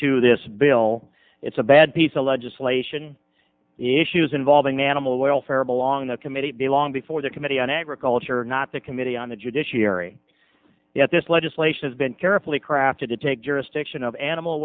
to this bill it's a bad piece of legislation the issues involving the animal welfare belong that committee be long before the committee on agriculture not the committee on the judiciary yet this legislation has been carefully crafted to take jurisdiction of animal